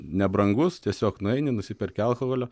nebrangus tiesiog nueini nusiperki alkoholio